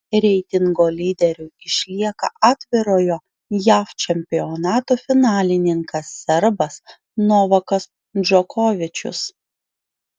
reitingo lyderiu išlieka atvirojo jav čempionato finalininkas serbas novakas džokovičius